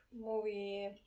movie